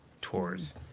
tours